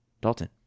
dalton